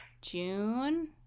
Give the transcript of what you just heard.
June